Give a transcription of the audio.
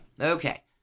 Okay